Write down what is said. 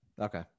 Okay